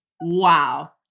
wow